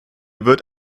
wird